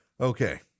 Okay